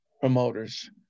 promoters